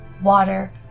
water